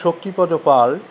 Shaktipada Pal